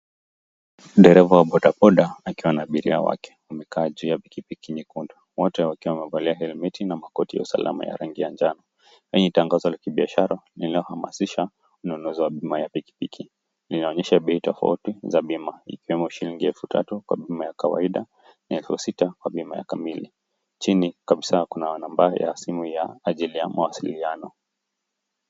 Dereva wa bodaboda akiwa na abiria wake. Wamekaa juu ya pikipiki nyekundu. Wote wakiwa wamevalia helmeti na makoti ya usalama ya rangi ya njano. Hii ni tangazo la kibiashara linalo hamasisha wanunuzi wa bima ya pikipiki. Linaonyesha bei tofauti za bima ikiwemo shillingi elfu tatu kwa bima ya kawaida na ya elfu sita kwa bima ya kamili, chini kabisa kuna nambari ya simu ya ajili ya mawasiliano.